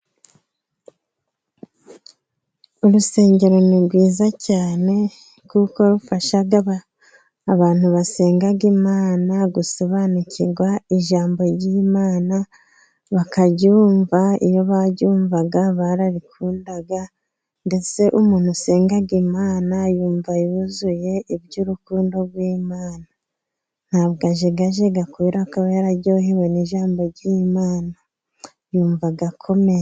Urusengero ni rwiza cyane kuko rufasha abantu basenga Imana gusobanukirwa ijambo ry'Imana, bakaryumva iyo baryumvaga bararikundaga ndetse umuntu usenga Imana yumva yuzuye iby'urukundo rw'imana, ntabwo ajegajega kuberako aba yararyohewe n'ijambo ry'Imana, yumva akomeye.